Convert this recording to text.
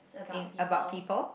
in about people